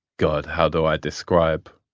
god, how do i describe